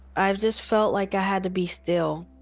i just felt like i had to be still.